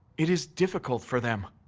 it is difficult for them.